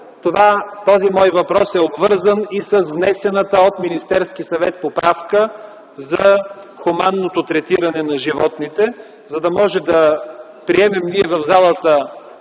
Този мой въпрос е обвързан и с внесената от Министерския съвет поправка в Закона за хуманното третиране на животните. За да можем да приемем ние в залата